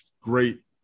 great